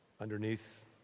underneath